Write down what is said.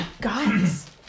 guys